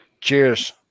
Cheers